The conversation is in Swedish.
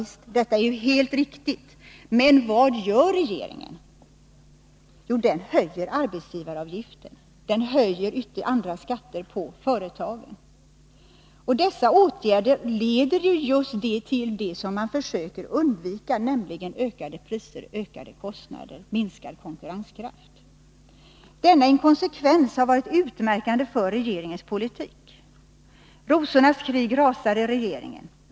Javisst! Men vad gör regeringen? Jo, den höjer arbetsgivaravgiften. Den höjer andra skatter på företagen. Dessa åtgärder leder till just det man försöker undvika, nämligen ökade priser, ökade kostnader och minskad konkurrenskraft. Denna inkonsekvens har varit utmärkande för regeringens politik. Rosornas krig rasar i regeringen.